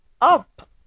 up